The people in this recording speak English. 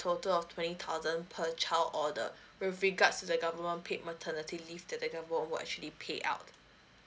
total of twenty thousand per child order with regards to the government paid maternity leave that the government will will actually paid out